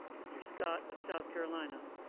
mr. scott of south carolina.